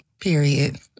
Period